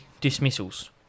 dismissals